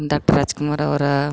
doctor ರಾಜಕುಮಾರವರ